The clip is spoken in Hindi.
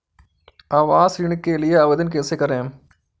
आवास ऋण के लिए आवेदन कैसे करुँ?